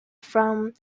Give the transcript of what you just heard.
from